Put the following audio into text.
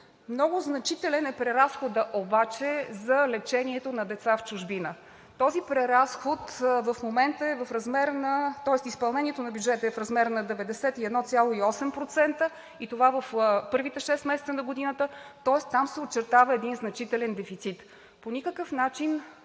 Много значителен е преразходът обаче за лечението на деца в чужбина. В момента изпълнението на бюджета е в размер на 91,8% и това е в първите шест месеца на годината, тоест там се очертава един значителен дефицит. По никакъв начин